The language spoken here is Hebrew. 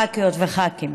ח"כיות וח"כים.